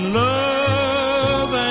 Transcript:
love